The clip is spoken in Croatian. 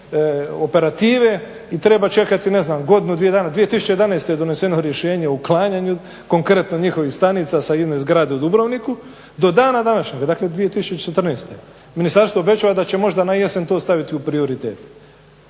operative i treba čekati, ne znam, godinu, dvije dana, 2001. je doneseno rješenje o uklanjanju, konkretno njihovih stranica sa jedne zgrade u Dubrovniku. Do dana današnjeg, dakle 2014., ministarstvo obećava da će možda na jesen to staviti u prioritet.